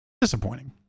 Disappointing